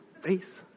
face